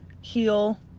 heal